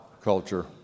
culture